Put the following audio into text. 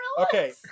Okay